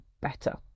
better